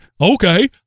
Okay